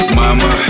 mama